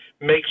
makes